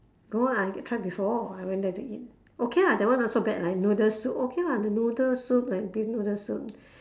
go I get try before I went there to eat okay lah that one not so bad lah noodle soup okay lah the noodle soup like beef noodle soup